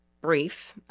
brief